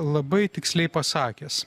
labai tiksliai pasakęs